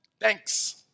Thanks